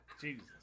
Jesus